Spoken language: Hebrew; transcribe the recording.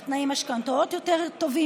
על תנאי משכנתאות יותר טובים,